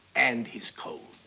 and his code.